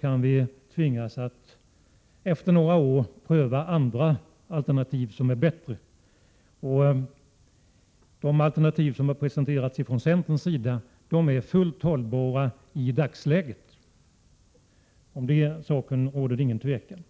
kan tvingas att efter några år pröva andra alternativ, som är bättre. De alternativ som har presenterats från centerpartiets sida är fullt hållbara i dagsläget — om den saken råder det inget tvivel.